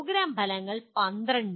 programme ഫലങ്ങൾ 12